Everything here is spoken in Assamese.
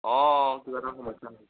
অঁ কিবা এটা সমস্যা